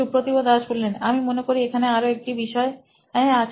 Supratibh Das C T O নোইন electronics আমি মনে করি এখানে আরও একটা বিষয় আছে